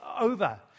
over